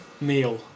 meal